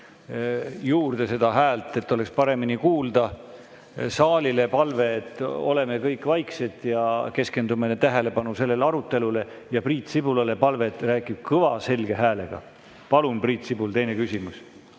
juurde, et oleks paremini kuulda. Saalile palve, et oleme kõik vaiksed ja keskendame tähelepanu sellele arutelule. Ja Priit Sibulale palve, et rääkige kõva selge häälega. Palun, Priit Sibul, teine küsimus!